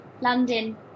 London